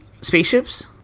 spaceships